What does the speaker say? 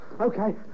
okay